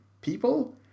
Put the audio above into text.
people